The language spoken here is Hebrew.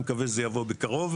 אני מקווה שזה יבוא בקרוב.